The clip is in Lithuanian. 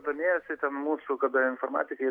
domėjosi ten mūsų kada informatikai